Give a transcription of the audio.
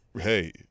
hey